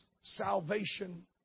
salvation